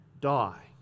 die